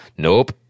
Nope